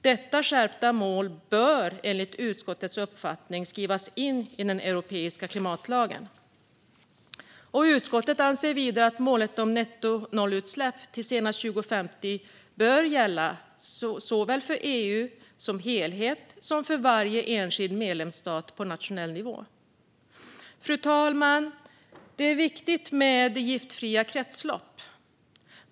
Detta skärpta mål bör enligt utskottets uppfattning skrivas in i den europeiska klimatlagen. Utskottet anser vidare att målet om nettonollutsläpp till senast 2050 bör gälla såväl för EU som helhet som för varje enskild medlemsstat på nationell nivå. Fru talman! Det är viktigt med giftfria kretslopp.